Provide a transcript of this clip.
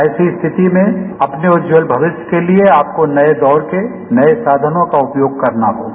ऐसी स्थिति में अपने उज्जवल भविष्य के लिए आपको नए दौर के नए सामनों का उपयोग करना होगा